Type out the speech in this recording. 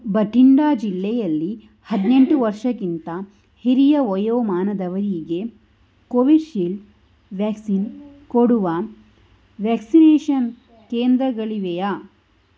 ಬಠಿಂಡಾ ಜಿಲ್ಲೆಯಲ್ಲಿ ಹದಿನೆಂಟು ವರ್ಷಕ್ಕಿಂತ ಹಿರಿಯ ವಯೋಮಾನದವರಿಗೆ ಕೋವಿಶೀಲ್ಡ್ ವ್ಯಾಕ್ಸಿನ್ ಕೊಡುವ ವ್ಯಾಕ್ಸಿನೇಷನ್ ಕೇಂದ್ರಗಳಿವೆಯಾ